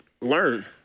learn